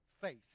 faith